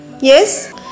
Yes